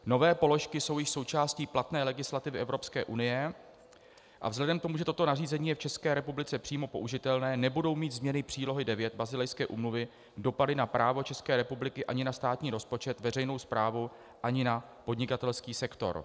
Nové položky jsou již součástí platné legislativy Evropské unie, a vzhledem k tomu, že toto nařízení je v České republice přímo použitelné, nebudou mít změny přílohy IX Basilejské úmluvy dopady na právo České republiky ani na státní rozpočet, veřejnou správu ani na podnikatelský sektor.